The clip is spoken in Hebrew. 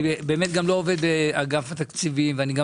אני באמת גם לא עובד באגף התקציבים ואני גם